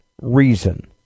reason